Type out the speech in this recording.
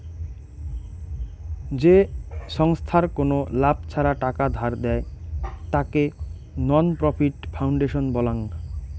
যে ছংস্থার কোনো লাভ ছাড়া টাকা ধার দেয়, তাকে নন প্রফিট ফাউন্ডেশন বলাঙ্গ